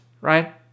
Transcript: right